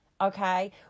Okay